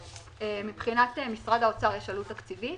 מבחינת משרד האוצר יש עלות תקציבית?